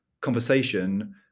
conversation